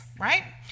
right